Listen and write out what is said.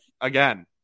again